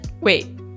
Wait